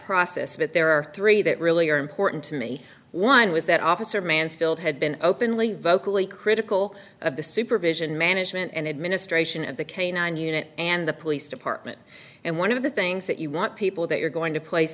process but there are three that really are important to me one was that officer mansfield had been openly vocally critical of the supervision management and administration at the canine unit and the police department and one of the things that you want people that you're going to place